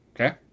Okay